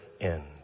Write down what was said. end